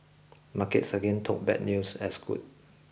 markets again took bad news as good